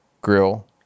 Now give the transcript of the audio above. Grill